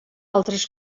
altres